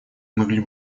могли